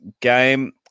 game